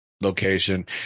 location